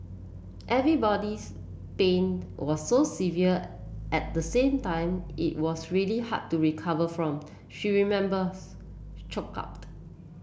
everybody's pain was so severe at the same time it was really hard to recover from she remembers choked up